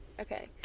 okay